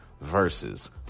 versus